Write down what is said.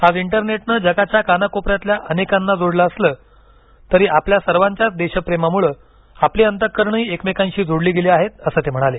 आज इंटरनेटनं जगाच्या कानकोपऱ्यातल्या लोकांना जोडलं असलं तरी आपल्या सर्वांच्याच देशप्रेमामुळे आपली अंतःकरणंही एकमेकांशी जोडली गेली आहेत असं ते म्हणाले